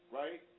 right